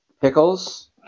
pickles